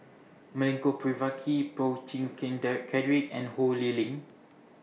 Milenko Prvacki Boo Chee Keng Derek Cedric and Ho Lee Ling